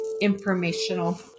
informational